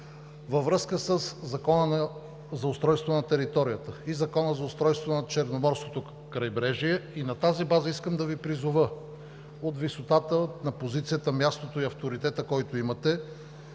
във връзка със Закона за устройството на територията и Закона за устройството на Черноморското крайбрежие. На тази база искам да Ви призова от висотата на позицията, мястото и авторитета, които имате,